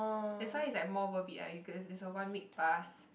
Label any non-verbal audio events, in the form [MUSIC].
that's why is like more worth it ah [NOISE] there's a one week pass